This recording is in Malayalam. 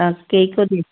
ആ കേക്ക് മതി